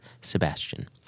Sebastian